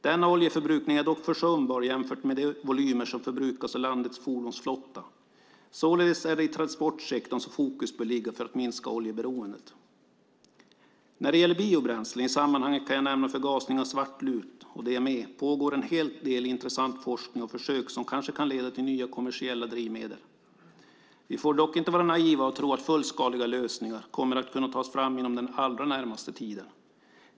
Denna oljeförbrukning är dock försumbar jämfört med de volymer som förbrukas av landets fordonsflotta. Således är det i transportsektorn som fokus bör ligga för att minska oljeberoendet. När det gäller biobränslen, i sammanhanget kan jag nämna förgasning av svartlut och DME, pågår en hel del intressant forskning och intressanta försök som kanske kan leda till nya kommersiella drivmedel. Vi får dock inte vara naiva och tro att fullskaliga lösningar kommer att kunna tas fram inom den allra närmaste tiden.